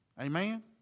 Amen